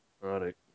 right